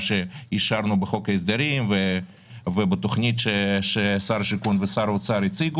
מה שאישרנו בחוק ההסדרים ולתוכנית שהציגו שר האוצר ושר השיכון.